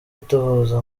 itohoza